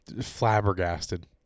Flabbergasted